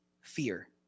fear